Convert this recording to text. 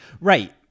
right